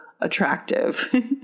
attractive